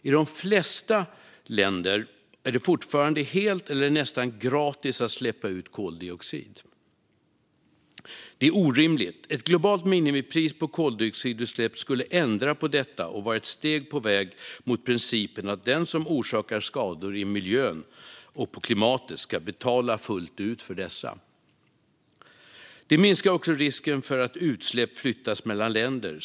I de flesta länder är det fortfarande helt eller nästan gratis att släppa ut koldioxid. Det är orimligt. Ett globalt minimipris på koldioxidutsläpp skulle ändra på detta och vara ett steg på väg mot principen att den som orsakar skador i miljön och på klimatet ska betala fullt ut för dessa. Det minskar också risken för att utsläpp flyttas mellan länder.